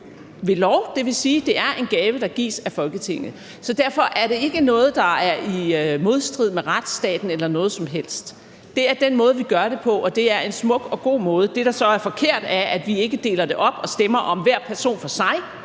ved lov, og det vil sige, at det er en gave, der gives af Folketinget. Så derfor er det ikke noget, der er i modstrid med retsstaten eller noget som helst andet. Det er den måde, vi gør det på, og det er en smuk og god måde. Det, der så er forkert, er, at vi ikke deler det op og stemmer om hver person for sig,